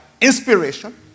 inspiration